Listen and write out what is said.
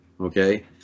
Okay